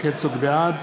בעד